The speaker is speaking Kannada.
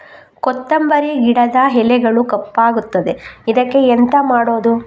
ಕೊತ್ತಂಬರಿ ಗಿಡದ ಎಲೆಗಳು ಕಪ್ಪಗುತ್ತದೆ, ಇದಕ್ಕೆ ಎಂತ ಮಾಡೋದು?